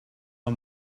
not